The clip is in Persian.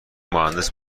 مهندس